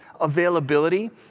availability